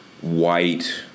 white